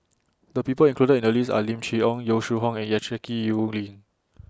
The People included in The list Are Lim Chee Onn Yong Shu Hoong and Jackie Yi Ru Ying